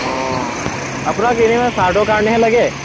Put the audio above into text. অঁ আপোনাক এনে শ্ৱাৰ্টৰ কাৰণেহে লাগে